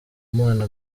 mana